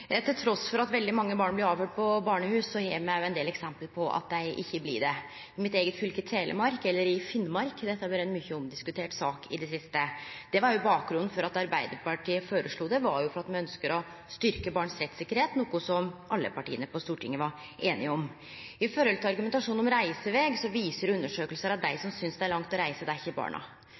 at veldig mange barn blir avhøyrt på barnehus, har me ein del eksempel på at dei ikkje blir det. I mitt eige fylke, Telemark, og i Finnmark har dette vore ei mykje omdiskutert sak i det siste. Bakgrunnen for at Arbeiderpartiet føreslo det, var jo fordi me ønskjer å styrkje barns rettstryggleik – noko som alle partia på Stortinget var einige om. Når det gjeld argumentasjonen om reiseveg, viser undersøkingar at dei som synest det er langt å reise, er ikkje barna